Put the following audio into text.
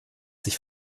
sich